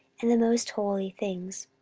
and the most holy things.